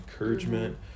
encouragement